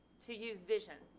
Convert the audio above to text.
to use vision